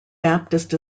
baptist